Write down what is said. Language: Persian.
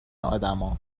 آدما